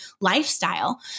lifestyle